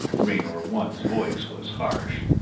raynor one's voice was harsh,